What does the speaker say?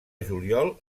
juliol